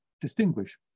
distinguish